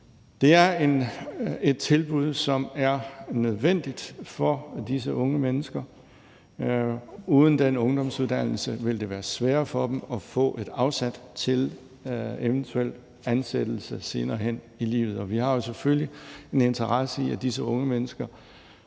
Det er et tilbud, som er nødvendigt for disse unge mennesker. Uden den ungdomsuddannelse ville det være sværere for dem at få et afsæt til eventuel ansættelse senere hen i livet, og vi har selvfølgelig en interesse i, at disse unge menneske